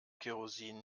kerosin